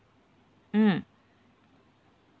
mm